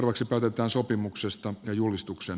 nyt päätetään sopimuksesta ja julistuksen